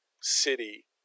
city